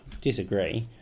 Disagree